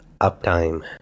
uptime